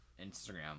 instagram